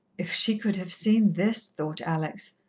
if she could have seen this! thought alex.